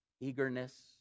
eagerness